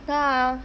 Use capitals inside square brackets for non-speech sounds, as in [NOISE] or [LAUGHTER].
[NOISE]